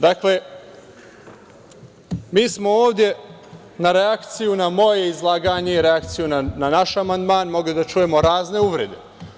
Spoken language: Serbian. Dakle, mi smo ovde kao reakciju na moje izlaganje i reakciju na naš amandman mogli da čujemo razne uvrede.